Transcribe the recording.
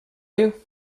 you